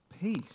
peace